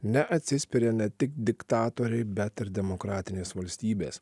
neatsispiria ne tik diktatoriai bet ir demokratinės valstybės